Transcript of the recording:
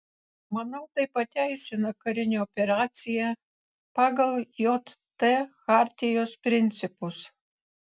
manau tai pateisina karinę operaciją pagal jt chartijos principus